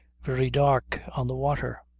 very dark on the water